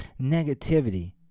negativity